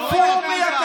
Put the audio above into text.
רפורמי.